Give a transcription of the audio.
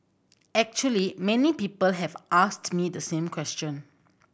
actually many people have asked me the same question